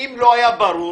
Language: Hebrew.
שלא היה ברור,